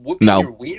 No